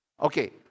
Okay